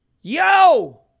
yo